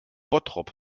bottrop